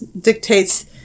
dictates